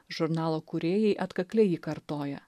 žurnalo kūrėjai atkakliai jį kartoja